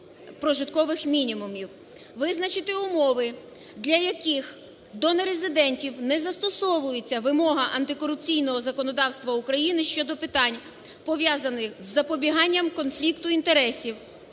Визначити умови, для яких до нерезидентів не застосовується вимога антикорупційного законодавства України щодо питань, пов'язаних із запобіганням конфлікту інтересів,